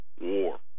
war